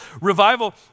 Revival